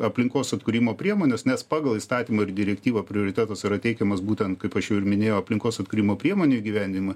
aplinkos atkūrimo priemones nes pagal įstatymą ir direktyvą prioritetas yra teikiamas būtent kaip aš jau ir minėjau aplinkos atkūrimo priemonių įgyvendinimui